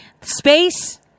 space